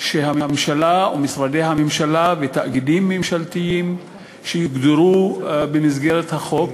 שהממשלה ומשרדי הממשלה ותאגידים ממשלתיים שיוגדרו במסגרת החוק,